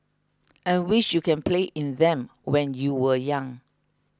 and wish you can play in them when you were young